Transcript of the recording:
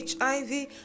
hiv